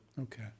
Okay